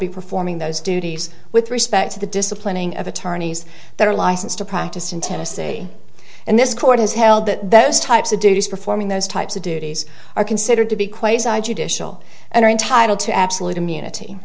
be performing those duties with respect to the disciplining of attorneys that are licensed to practice in tennessee and this court has held that those types of duties performing those types of duties are considered to be quayside judicial and entitled to absolute immunity